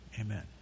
amen